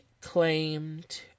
claimed